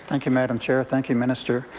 thank you, madam chair, thank you, minister.